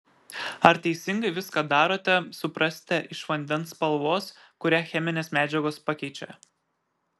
ar teisingai viską darote suprasite iš vandens spalvos kurią cheminės medžiagos pakeičia